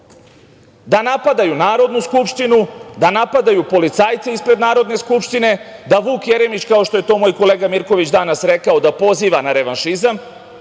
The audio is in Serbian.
da napadaju Narodnu skupštinu, da napadaju policajce ispred Narodne skupštine, da Vuk Jeremić, kao što je to moj kolega Mirković danas rekao, da poziva na revanšizam. Ja